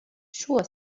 შუა